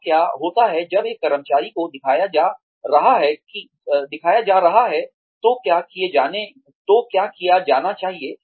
तो क्या होता है जब एक कर्मचारी को दिखाया जा रहा है तो क्या किया जाना चाहिए